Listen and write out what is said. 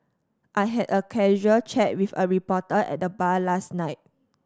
I had a casual chat with a reporter at the bar last night